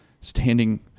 standing